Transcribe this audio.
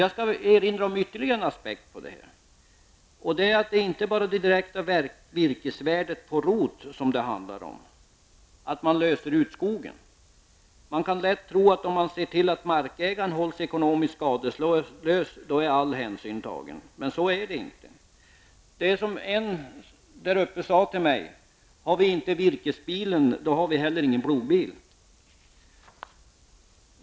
Jag skall erinra om ytterligare en aspekt av det. Det handlar inte bara om det direkta virkesvärdet på rot -- att man löser ut skogen. Man kan lätt tro att om man ser till att markägaren hålls ekonomiskt skadeslös är all hänsyn tagen, men så är det inte. Det är, som en person där uppe sade till mig: Har vi inte virkesbilen har vi heller ingen plogbil.